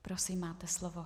Prosím, máte slovo.